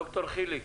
דוקטור חיליק